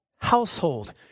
Household